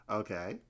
okay